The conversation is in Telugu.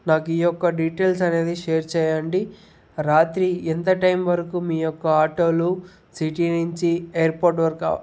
నాకు ఈ యొక్క డీటెయిల్స్ అనేది షేర్ చెయ్యండి రాత్రి ఎంత టైం వరకు మీ యొక్క ఆటోలు సిటీ నుంచి ఎయిర్పోర్టు వరకు